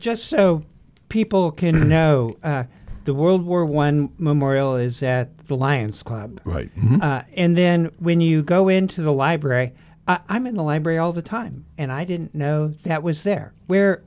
just so people can know the world war one memorial is at the lions club right and then when you go into the library i'm in the library all the time and i didn't know that was there where